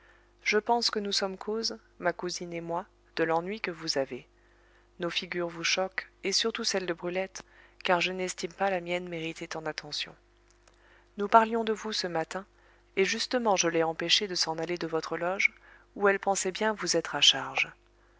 je pense que nous sommes cause ma cousine et moi de l'ennui que vous avez nos figures vous choquent et surtout celle de brulette car je n'estime pas la mienne mériter tant d'attention nous parlions de vous ce matin et justement je l'ai empêchée de s'en aller de votre loge où elle pensait bien vous être à charge